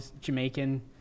Jamaican